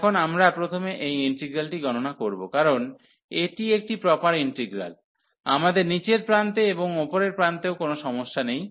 এখন আমরা প্রথমে এই ইন্টিগ্রালটি গণনা করব কারণ এটি একটি প্রপার ইন্টিগ্রাল আমাদের নীচের প্রান্তে এবং উপরের প্রান্তেও কোনও সমস্যা নেই